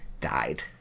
died